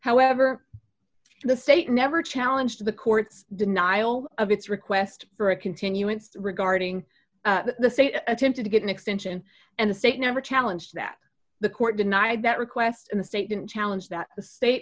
however the state never challenged the court's denial of its request for a continuance regarding the state attempted to get an extension and the state never challenge that the court denied that request in the statement challenge that the state